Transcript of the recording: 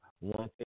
One